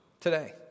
today